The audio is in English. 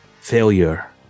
failure